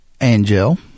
angel